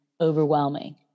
overwhelming